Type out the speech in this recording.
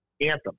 Anthem